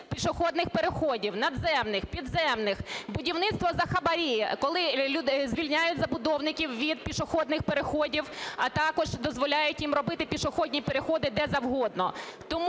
пішохідних переходів, надземних, підземних, будівництво за хабарі, коли звільняють забудовників від пішохідних переходів, а також дозволяють їм робити пішохідні переходи де завгодно.